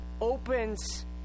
opens